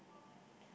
like